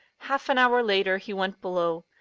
half an hour later, he went below.